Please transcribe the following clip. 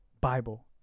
Bible